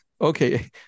okay